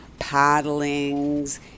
Paddlings